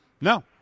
No